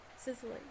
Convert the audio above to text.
Sizzling